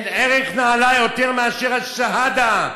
אין ערך נעלה יותר מאשר השהדה,